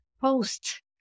post